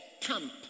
camp